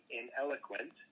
ineloquent